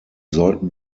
sollten